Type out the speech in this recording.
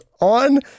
on